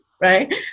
Right